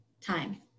time